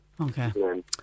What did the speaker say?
Okay